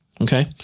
Okay